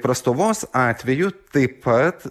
prastovos atveju taip pat